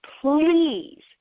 please